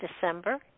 December